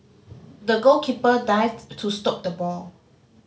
the goalkeeper dived to stop the ball